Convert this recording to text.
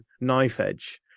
knife-edge